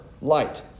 light